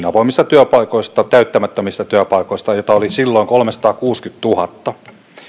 avoimista työpaikoista täyttämättömistä työpaikoista joita oli silloin kolmesataakuusikymmentätuhatta